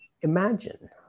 Imagine